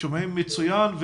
להתייחס.